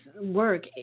work